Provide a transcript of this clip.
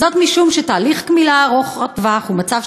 "זאת משום שתהליך קמילה ארוך טווח הוא מצב